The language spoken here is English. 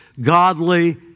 godly